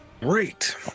Great